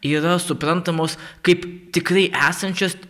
yra suprantamos kaip tikrai esančios